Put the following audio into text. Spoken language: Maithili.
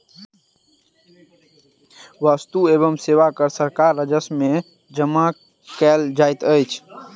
वस्तु एवं सेवा कर सरकारक राजस्व में जमा कयल जाइत अछि